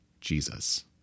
Jesus